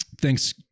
thanks